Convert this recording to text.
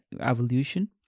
evolution